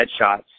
headshots